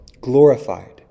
glorified